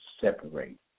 separate